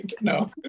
no